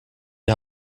die